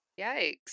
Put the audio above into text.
yikes